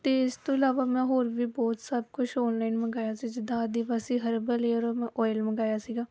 ਅਤੇ ਇਸ ਤੋਂ ਇਲਾਵਾ ਮੈਂ ਹੋਰ ਵੀ ਬਹੁਤ ਸਭ ਕੁਛ ਔਨਲਾਈਨ ਮੰਗਵਾਇਆ ਸੀ ਜਿੱਦਾਂ ਆਦੀਬਾਸੀ ਹਰਬਲ ਹੇਅਰ ਮੈਂ ਓਇਲ ਮੰਗਵਾਇਆ ਸੀਗਾ